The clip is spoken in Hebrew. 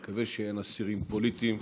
אני מקווה שאין אסירים פוליטיים.